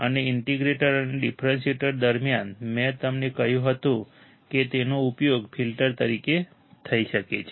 અને ઇન્ટિગ્રેટર અને ડિફરન્શિએટર દરમિયાન મેં તમને કહ્યું હતું કે તેનો ઉપયોગ ફિલ્ટર તરીકે થઈ શકે છે